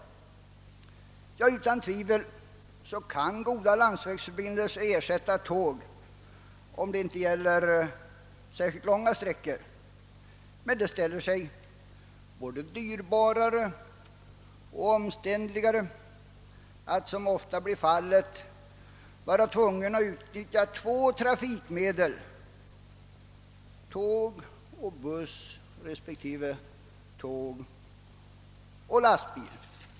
Utan tvivel kan goda landsvägsförbin delser ersätta tåg om det inte gäller särskilt långa sträckor. Det ställer sig dock både dyrbarare och omständligare att — som ofta blir fallet tvingas utnyttja två trafikmedel — tåg och buss resp. tåg och lastbil.